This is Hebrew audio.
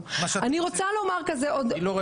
לא היה